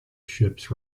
ships